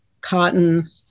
cotton